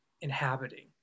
inhabiting